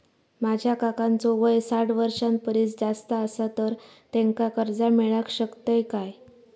माझ्या काकांचो वय साठ वर्षां परिस जास्त आसा तर त्यांका कर्जा मेळाक शकतय काय?